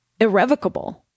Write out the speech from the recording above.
irrevocable